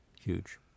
Huge